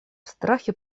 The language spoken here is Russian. страхе